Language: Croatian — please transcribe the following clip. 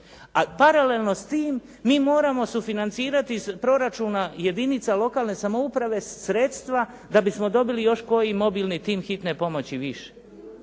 A paralelno s tim, mi moramo sufinancirati iz proračuna jedinica lokalne samouprave sredstva da bismo dobili još koji mobilni tim hitne pomoći više.